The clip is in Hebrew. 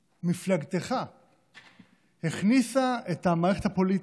שמפלגתך הכניסה את המערכת הפוליטית,